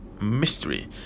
mystery